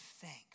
thanks